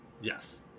Yes